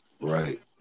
right